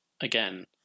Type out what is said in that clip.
Again